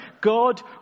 God